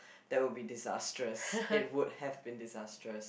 that would be disastrous it would have been disastrous